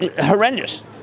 horrendous